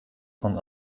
von